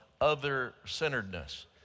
other-centeredness